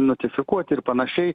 notifikuoti ir panašiai